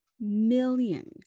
million